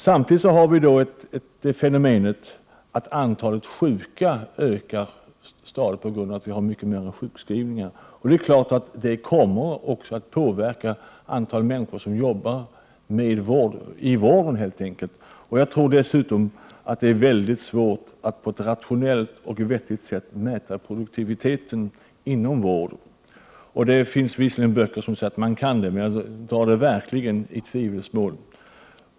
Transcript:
Samtidigt har vi fenomenet att antalet sjuka stadigt ökar — vi har många fler sjukskrivningar nu än tidigare. Det kommer också att påverka det antal människor som jobbar inom vården. Jag tror dessutom att det är väldigt svårt att på ett rationellt och vettigt sätt mäta produktiviteten inom vården. Det står visserligen i en del böcker att man kan göra det, men jag drar det verkligen i tvivelsmål.